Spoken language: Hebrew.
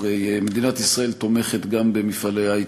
הרי מדינת ישראל תומכת גם במפעלי היי-טק,